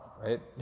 right